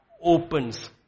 opens